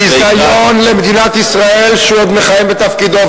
ביזיון למדינת ישראל שהוא עוד מכהן בתפקידו.